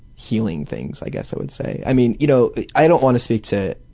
healing things, i guess i would say. i mean, you know i don't want to speak to